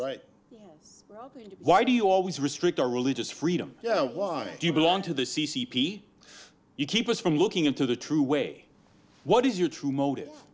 right why do you always restrict our religious freedom yeah why do you belong to the c c p you keep us from looking into the true way what is your true motive